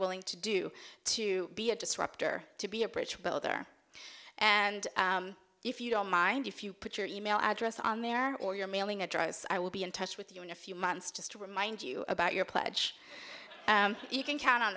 willing to do to be a disruptor to be a bridge builder and if you don't mind if you put your email address on there or your mailing address i will be in touch with you in a few months just to remind you about your pledge you can count on